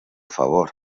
favor